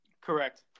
Correct